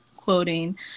quoting